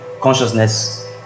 consciousness